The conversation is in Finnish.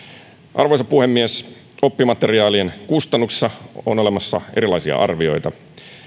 arvoisa puhemies oppimateriaalien kustannuksissa on olemassa erilaisia arvioita